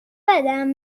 بدم